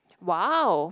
!wow!